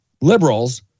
liberals